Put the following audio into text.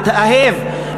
להתאהב,